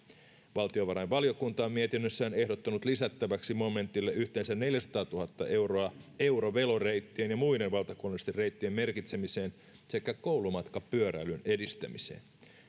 valtiovarainvaliokunta on mietinnössään ehdottanut lisättäväksi momentille yhteensä neljäsataatuhatta euroa eurovelo reittien ja muiden valtakunnallisten reittien merkitsemiseen sekä koulumatkapyöräilyn edistämiseen